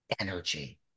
energy